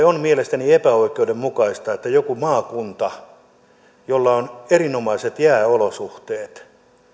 on mielestäni epäoikeudenmukaista että joku maakunta jolla on erinomaiset jääolosuhteet